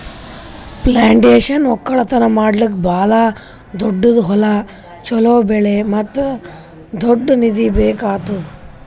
plantation ಒಕ್ಕಲ್ತನ ಮಾಡ್ಲುಕ್ ಭಾಳ ದೊಡ್ಡುದ್ ಹೊಲ, ಚೋಲೋ ಬೆಳೆ ಮತ್ತ ದೊಡ್ಡ ನಿಧಿ ಬೇಕ್ ಆತ್ತುದ್